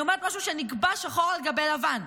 אני אומרת משהו שנקבע שחור על גבי לבן.